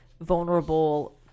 vulnerable